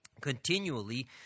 continually